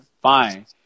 fine